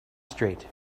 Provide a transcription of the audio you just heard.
straight